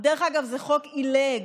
דרך אגב, זה חוק עילג.